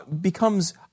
becomes